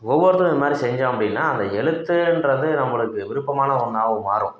ஒவ்வொருத்தரும் இதுமாதிரி செஞ்சோம் அப்படின்னா அந்த எழுத்துன்றது நம்மளுக்கு விருப்பமான ஒன்றாவும் மாறும்